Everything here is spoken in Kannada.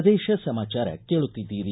ಪ್ರದೇಶ ಸಮಾಚಾರ ಕೇಳುತ್ತಿದ್ದೀರಿ